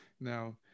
Now